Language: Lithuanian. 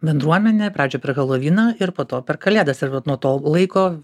bendruomenę pradžioj per helovyną ir po to per kalėdas ir vat nuo to laiko